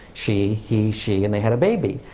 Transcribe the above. she, he, she, and they had a baby.